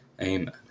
amen